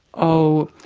oh,